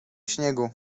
śniegu